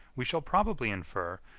we shall probably infer,